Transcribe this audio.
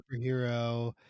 superhero